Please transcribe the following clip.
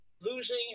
losing